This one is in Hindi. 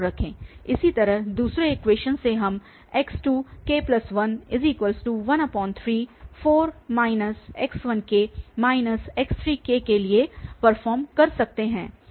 इसी तरह दूसरे इक्वेशन से हमx2k1134 x1k x3 के लिए परफॉर्म कर सकते हैं